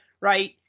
right